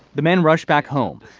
the men rush back home.